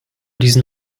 diesen